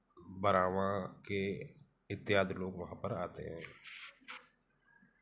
बारहवा के इत्यादि लोग वहाँ पर आते हैं